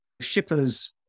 shippers